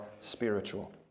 spiritual